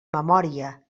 memòria